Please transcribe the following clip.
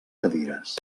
cadires